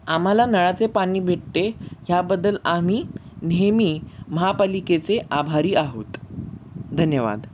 आम्हाला नळाचे पाणी भेटते ह्याबद्दल आम्ही नेहमी महापालिकेचे आभारी आहोत धन्यवाद